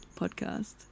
podcast